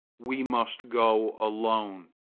we must go alone.